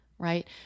Right